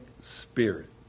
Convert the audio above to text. spirit